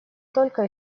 только